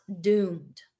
doomed